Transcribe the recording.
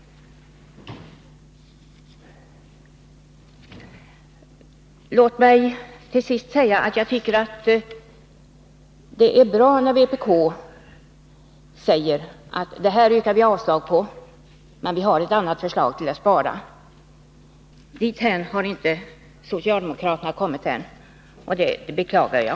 Låt mig till sist säga att jag tycker att det är bra att, som vpk gör, säga: Det här sparförslaget yrkar vi avslag på, men vi har ett annat förslag när det gäller att spara. — Dithän har inte socialdemokraterna kommit ännu, och det beklagar jag.